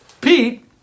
pete